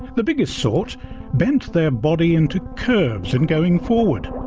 the biggest sort bent their body into curves in going forward.